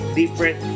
different